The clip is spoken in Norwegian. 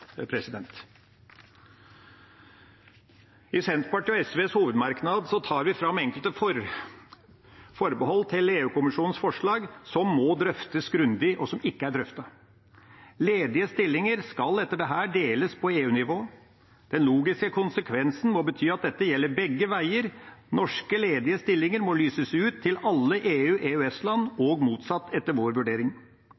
I Senterpartiet og SVs hovedmerknad tar vi fram enkelte forbehold til EU-kommisjonens forslag som må drøftes grundig, og som ikke er drøftet. Ledige stillinger skal etter dette deles på EU-nivå. Den logiske konsekvensen må være at dette gjelder begge veier. Norske ledige stillinger må lyses ut til alle EU-